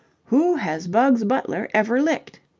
who has bugs butler ever licked?